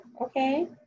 okay